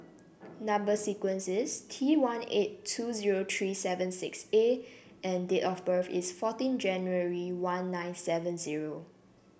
number sequence is T one eight two zero three seven six A and date of birth is fourteen January one nine seven zero